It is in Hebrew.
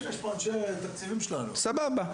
סבבה,